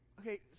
okay